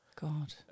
god